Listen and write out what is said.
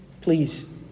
Please